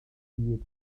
pryd